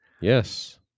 Yes